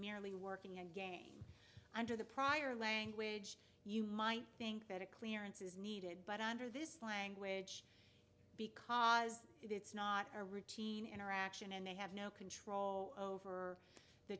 merely working again under the prior language you might think that a clearance is needed but under this language because it's not a routine interaction and they have no control over the